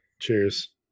Cheers